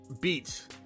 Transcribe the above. beats